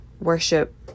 worship